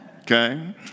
Okay